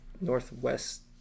northwest